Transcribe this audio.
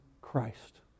Christ